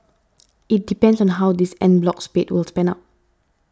it depends on how this en bloc spate was pan out